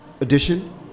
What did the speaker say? edition